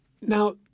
Now